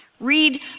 Read